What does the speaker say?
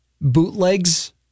bootlegs